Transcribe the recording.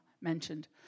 mentioned